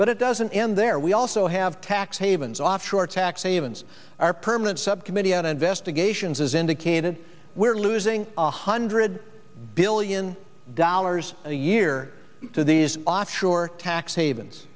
but it doesn't end there we also have tax havens offshore tax havens are permanent subcommittee on investigations as indicated we're losing one hundred billion dollars a year to these offshore tax havens